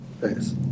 Thanks